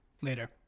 Later